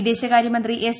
വിദേശകാര്യമന്ത്രി എസ്